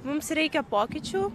mums reikia pokyčių